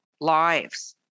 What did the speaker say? lives